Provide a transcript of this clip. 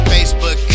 Facebook